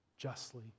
justly